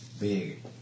Big